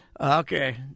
Okay